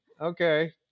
Okay